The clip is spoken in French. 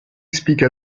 explique